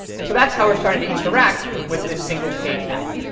and so that's how we're starting to interact with this single page app.